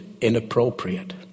inappropriate